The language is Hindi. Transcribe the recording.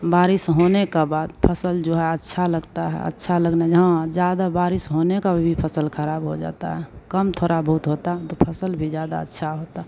बारिश होने के बाद फसल जो है अच्छी लगती है अच्छा लगना जहाँ ज़्यादा बारिश होने का भी फसल ख़राब हो जाती है कम थोड़ी बहुत होती तो फसल भी ज़्यादा अच्छा होती